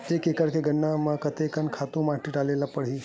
एक एकड़ गन्ना के खेती म कते कन खातु माटी डाले ल पड़ही?